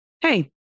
hey